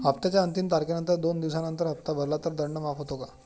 हप्त्याच्या अंतिम तारखेनंतर दोन दिवसानंतर हप्ता भरला तर दंड माफ होतो का?